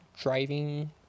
driving